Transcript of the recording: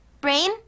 Brain